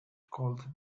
called